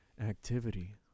activity